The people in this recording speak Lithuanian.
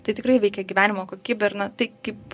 tai tikrai veikia gyvenimo kokybę ir na tai kaip